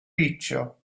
riccio